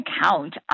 account